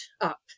up